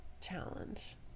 challenge